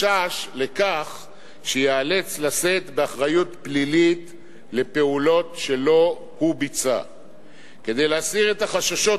שהוא למעשה הפעולה הסופית הנדרשת לשם פתיחת השטח,